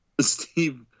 Steve